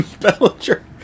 Bellinger